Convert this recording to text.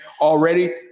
already